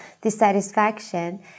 dissatisfaction